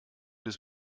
des